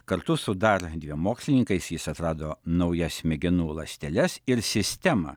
kartu su dar dviem mokslininkais jis atrado naujas smegenų ląsteles ir sistemą